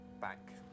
back